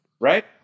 Right